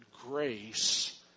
grace